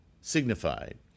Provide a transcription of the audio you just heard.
signified